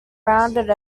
rounded